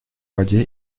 воде